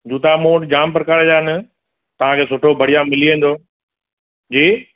जूता मूं वटि जाम प्रकारनि जा आहिनि तव्हांखे सुठो बढ़िया मिली वेंदो जी